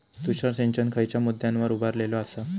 तुषार सिंचन खयच्या मुद्द्यांवर उभारलेलो आसा?